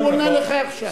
הוא עונה לך עכשיו.